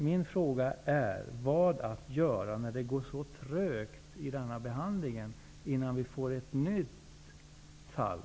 Min fråga är vad som skall göras, när det går så trögt i denna behandling, innan vi får ett nytt fall.